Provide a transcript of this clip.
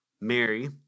Mary